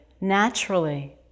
naturally